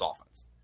offense